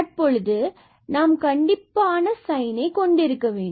தற்பொழுது நாம் கண்டிப்பான சைன் கொண்டிருக்க வேண்டும்